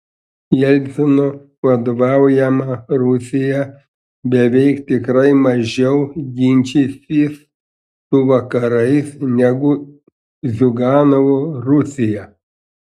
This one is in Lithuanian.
jelcino vadovaujama rusija beveik tikrai mažiau ginčysis su vakarais negu ziuganovo rusija